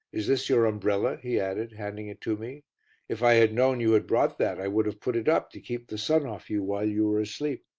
is this your umbrella? he added, handing it to me if i had known you had brought that, i would have put it up to keep the sun off you while you were asleep.